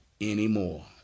anymore